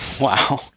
Wow